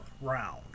round